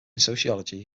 sociology